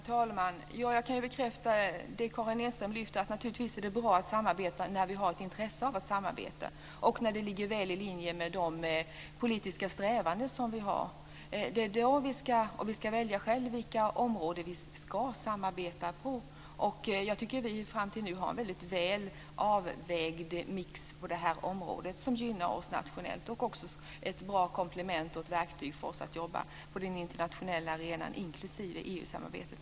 Herr talman! Jag kan bekräfta det som Karin Enström lyfter fram. Naturligtvis är det bra att samarbeta när vi har ett intresse av att samarbeta och när det ligger väl i linje med de politiska strävanden som vi har. Och vi ska själva välja vilka områden som vi ska samarbeta på. Jag tycker att vi fram till nu har haft en mycket väl avvägd mix på detta område som gynnar oss nationellt. Det är ett bra komplement och verktyg för oss när vi jobbar på den internationella arenan, naturligtvis inklusive EU-samarbetet.